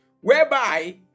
whereby